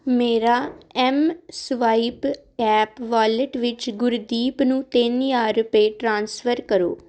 ਮੇਰਾ Mswipe app wallet ਵਿੱਚ ਗੁਰਦੀਪ ਨੂੰ ਤਿੰਨ ਹਜ਼ਾਰ ਰੁਪਏ ਟ੍ਰਾਂਸਫਰ ਕਰੋ